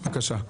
בבקשה.